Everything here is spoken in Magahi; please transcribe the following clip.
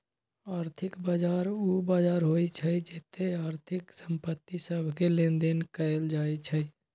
आर्थिक बजार उ बजार होइ छइ जेत्ते आर्थिक संपत्ति सभके लेनदेन कएल जाइ छइ